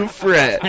fret